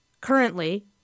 Currently